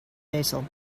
basil